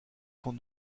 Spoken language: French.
sont